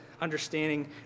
understanding